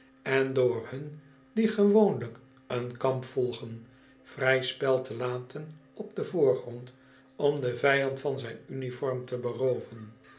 on door hun die gewoonlijk een kamp volgen vrij spel te laten op den voorgrond om den vijand van zijn uniform te berooven